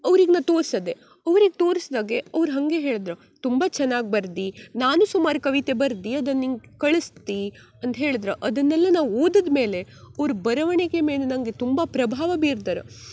ಅವ್ರಿಗೆ ನಾ ತೋರ್ಸಿದೆ ಅವ್ರಿಗೆ ತೋರ್ಸ್ದಾಗ ಅವ್ರು ಹಾಗೆ ಹೇಳದ್ರು ತುಂಬ ಚೆನ್ನಾಗಿ ಬರೆದಿ ನಾನು ಸುಮಾರು ಕವಿತೆ ಬರೆದಿ ಅದನ್ನು ನಿಂಗೆ ಕಳಿಸ್ತಿ ಅಂದು ಹೇಳಿದ್ರು ಅದನ್ನೆಲ್ಲ ನಾ ಓದಿದ್ಮೇಲೆ ಅವ್ರ ಬರವಣಿಗೆ ಮೇಲೆ ನನಗೆ ತುಂಬ ಪ್ರಭಾವ ಬೀರ್ದರು